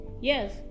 Yes